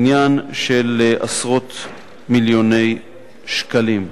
עניין של עשרות מיליוני שקלים.